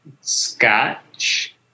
Scotch